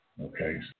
Okay